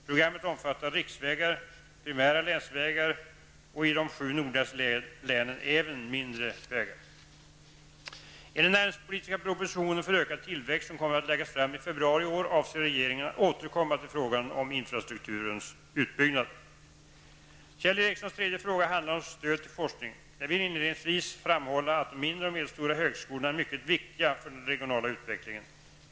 Programmet omfattar riksvägar, primära länsvägar och i de sju nordligaste länen även de mindre vägarna. I den näringspolitiska propositionen för ökad tillväxt som kommer att läggas fram i februari i år avser regeringen att återkomma till frågan om infrastrukturens utbyggnad. Kjell Ericssons tredje fråga handlar om stöd till forskning. Jag vill inledningsvis framhålla att de mindre och medelstora högskolorna är mycket viktiga för den regionala utvecklingen.